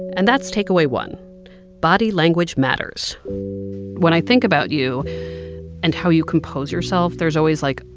and that's takeaway one body language matters when i think about you and how you compose yourself, there's always, like,